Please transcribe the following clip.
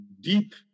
deep